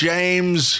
James